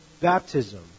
baptism